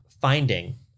finding